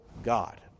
God